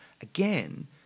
again